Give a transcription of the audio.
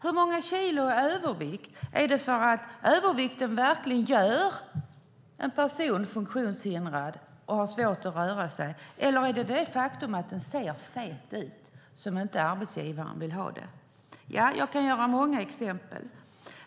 Hur många kilos övervikt gör att en person verkligen är funktionshindrad och har svårt att röra sig? Eller är det det faktum att personen ser ut fet ut som gör att arbetsgivaren inte vill ha den? Jag kan ge många exempel.